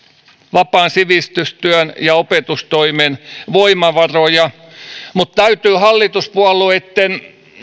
vapaan sivistystyön ja opetustoimen voimavaroja mutta täytyy hallituspuolueitten